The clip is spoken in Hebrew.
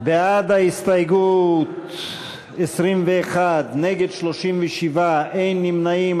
בעד ההסתייגות, 21, נגד, 37, אין נמנעים.